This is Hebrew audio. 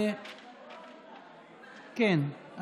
כן,